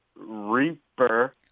reaper